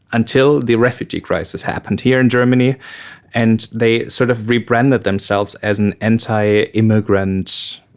until the refugee crisis happened here in germany and they sort of rebranded themselves as an anti-immigrant